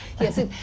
Yes